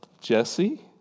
Jesse